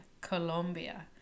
Colombia